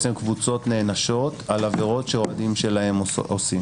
קבוצות בעצם נענשות על עבירות שהאוהדים שלהם עושים.